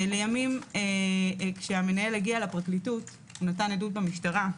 לימים, כשהמנהל הגיע לפרקליטות ונתן עדות במשטרה,